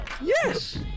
Yes